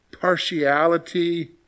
partiality